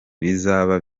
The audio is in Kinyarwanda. bizaba